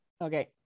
Okay